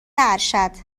ارشد